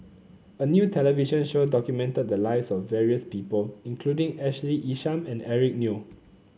a new television show documented the lives of various people including Ashley Isham and Eric Neo